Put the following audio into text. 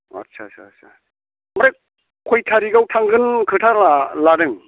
आच्चा आच्चा आच्चा ओमफ्राय खय थारिगाव थांगोन तारिखा लादों